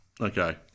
Okay